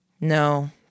No